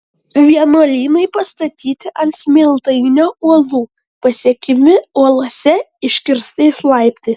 vienuolynai pastatyti ant smiltainio uolų pasiekiami uolose iškirstais laiptais